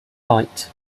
light